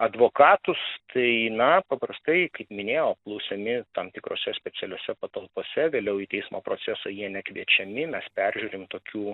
advokatus tai na paprastai kaip minėjau apklausiami tam tikrose specialiose patalpose vėliau į teismo procesą jie nekviečiami mes peržiūrim tokių